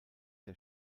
der